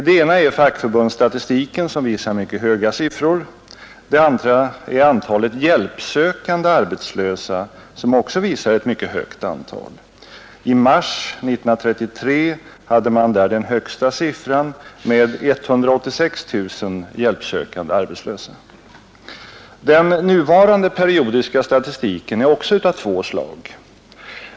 Det ena är fackförbundsstatistiken som visar mycket höga siffror, det andra är antalet hjälpsökande arbetslösa som också visar ett mycket högt antal. I mars 1933 hade man där den högsta siffran med 186 000 hjälpsökande arbetslösa. Den nuvarande periodiska statistiken är också av två slag.